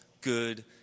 good